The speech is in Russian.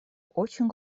очень